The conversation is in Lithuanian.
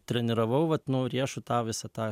treniravau vat nu riešų tą visą tą